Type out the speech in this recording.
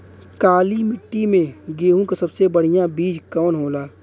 काली मिट्टी में गेहूँक सबसे बढ़िया बीज कवन होला?